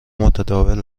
متداول